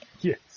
Yes